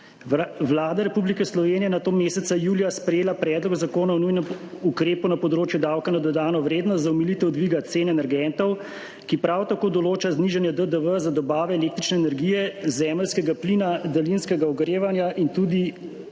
Vlada Republike Slovenije je nato meseca julija sprejela Predlog zakona o nujnem ukrepu na področju davka na dodano vrednost za omilitev dviga cen energentov, ki prav tako določa znižanje DDV za dobave električne energije, zemeljskega plina, daljinskega ogrevanja in tudi